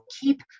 keep